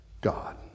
God